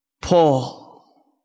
Paul